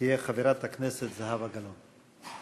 תהיה חברת הכנסת זהבה גלאון.